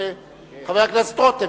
חבר הכנסת רותם,